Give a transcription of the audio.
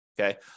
okay